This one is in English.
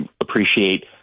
appreciate